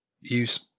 use